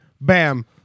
Bam